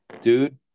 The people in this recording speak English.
dude